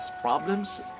problems